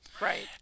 right